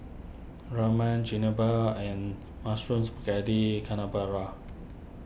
Ramen Chigenabe and Mushroom Spaghetti Carbonara